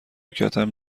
کتم